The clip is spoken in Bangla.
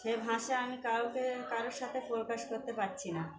সেই ভাষা আমি কাউকে কারো সাথে প্রকাশ করতে পারছি না